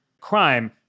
crime